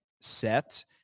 set